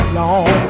long